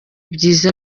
byiza